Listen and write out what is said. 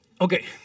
Okay